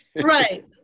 Right